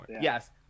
Yes